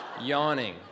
Yawning